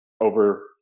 over